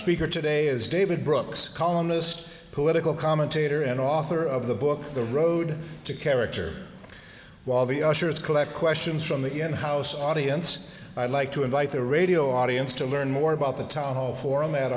speaker today is david brooks columnist political commentator and author of the book the road to character while the ushers collect questions from the end house audience i'd like to invite the radio audience to learn more about the town hall forum at